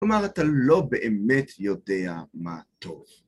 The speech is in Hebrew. כלומר, אתה לא באמת יודע מה טוב.